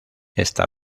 esta